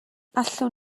allwn